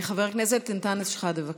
חבר הכנסת אנטאנס שחאדה,